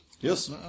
Yes